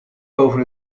boven